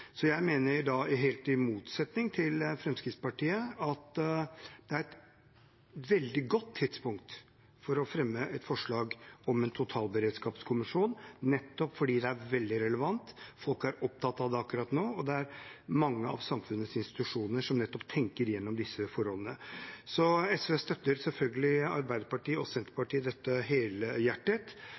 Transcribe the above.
Jeg mener, helt i motsetning til Fremskrittspartiet, at det er et veldig godt tidspunkt for å fremme et forslag om en totalberedskapskommisjon nettopp fordi det er veldig relevant, folk er opptatt av det akkurat nå, og det er mange av samfunnets institusjoner som nettopp tenker gjennom disse forholdene. SV støtter selvfølgelig helhjertet Arbeiderpartiet og Senterpartiet i dette